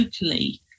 locally